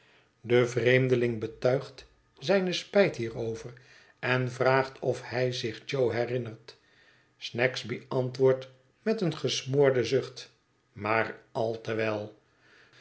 de vreemdeling betuigt zijne spijt hierover en vraagt of hij zich jo herinnert snagsby antwoordt met een gesmoorden zucht maar al